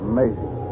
Amazing